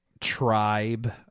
tribe